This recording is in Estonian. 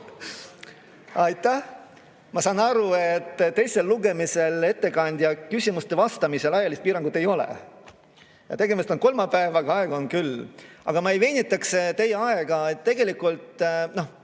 Aitäh! Ma saan aru, et teisel lugemisel ettekandjal küsimustele vastamisel ajalist piirangut ei ole. Tegemist on kolmapäevaga, aega on küll. Aga ma ei venitaks teie aega. Tegelikult,